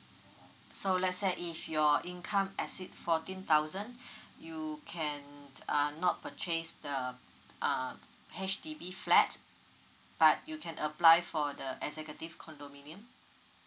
so let's say if your income exceed fourteen thousand you can err not purchase the uh H_D_B flat but you can apply for the executive condominium